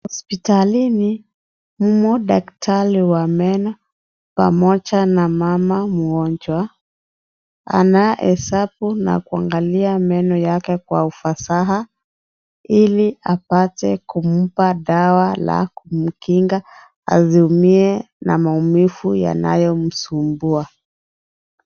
Hospitalini mumo daktari wa meno pamoja na mama mgonjwa anahesabu na kumwangalia meno yake kwa ufasaha iliapate kumpa dawa la kumkinga asiumie na maumivu yanayo msumbua.